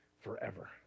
forever